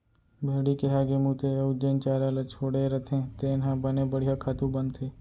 भेड़ी के हागे मूते अउ जेन चारा ल छोड़े रथें तेन ह बने बड़िहा खातू बनथे